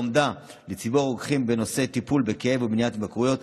לומדה לציבור הרוקחים בנושא טיפול בכאב ומניעת התמכרויות.